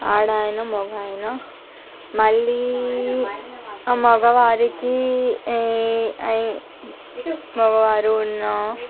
ఆడాయన మగాయన మళ్ళీ ఆ మగవారికి ఏ ఐ మగవారు ఉన్న